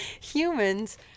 humans